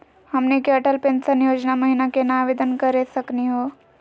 हमनी के अटल पेंसन योजना महिना केना आवेदन करे सकनी हो?